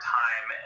time